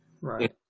right